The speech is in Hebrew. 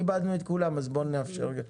כיבדנו את כולם, אז נאפשר גם לו.